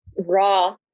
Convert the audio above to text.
raw